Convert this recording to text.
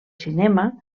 cinema